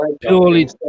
Purely